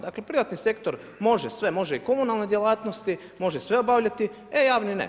Dakle, privatni sektor može sve, može i komunalne djelatnosti može sve obavljati, e javni ne.